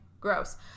gross